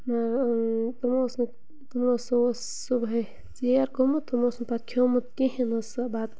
تِمو اوس نہٕ تِمو اوس سُہ اوس صُبحٲے ژیر گوٚمُت تٕمَو اوس نہٕ پَتہٕ کھیوٚمُت کِہیٖنۍ نہ سُہ بَتہٕ